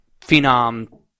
phenom